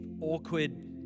awkward